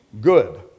good